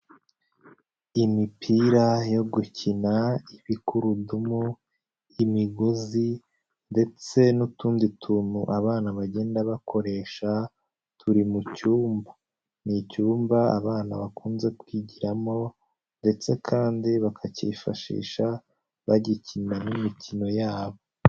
Imipira yo gukina, ibigurudumu, imigozi, ndetse n'utundi tuntu abana bagenda bakoresha, turi mu cyumba. Ni icyumba abana bakunze kwigiramo, ndetse kandi bakacyifashisha bagikiniramo imikino yabo.